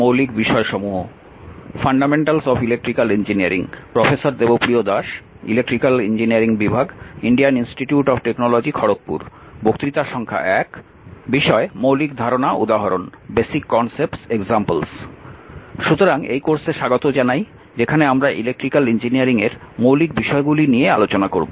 মৌলিক ধারণা উদাহরণ সুতরাং এই কোর্সে স্বাগত জানাই যেখানে আমরা ইলেকট্রিক্যাল ইঞ্জিনিয়ারিং এর মৌলিক বিষয়গুলি নিয়ে আলোচনা করব